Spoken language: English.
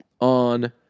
on